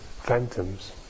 phantoms